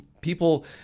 people